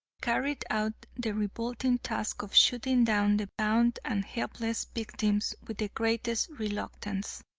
carried out their revolting task of shooting down the bound and helpless victims with the greatest reluctance.